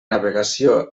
navegació